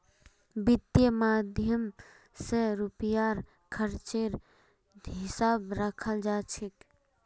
वित्त माध्यम स रुपयार खर्चेर हिसाब रखाल जा छेक